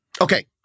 Okay